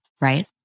Right